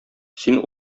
син